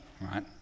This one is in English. Right